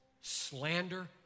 slander